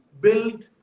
build